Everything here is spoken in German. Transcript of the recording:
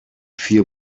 vier